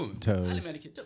toes